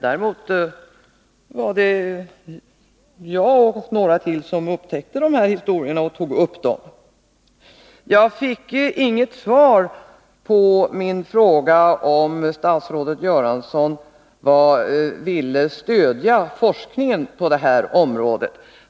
Däremot var det jag och några till som upptäckte dessa frågor och tog upp dem. Jag fick inget svar på min fråga om statsrådet Göransson ville stödja forskningen på detta område.